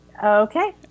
Okay